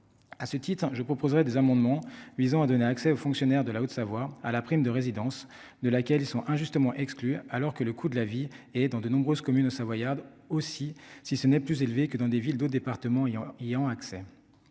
à ce titre, je proposerai des amendements visant à donner accès aux fonctionnaires de la Haute-Savoie à la prime de résidence de laquelle ils sont injustement exclu, alors que le coût de la vie et dans de nombreuses communes savoyardes, aussi, si ce n'est plus élevé que dans des villes d'autres départements ayant ayant